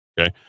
Okay